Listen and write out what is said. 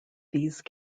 these